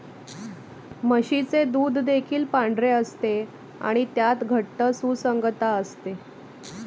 म्हशीचे दूध देखील पांढरे असते आणि त्यात घट्ट सुसंगतता असते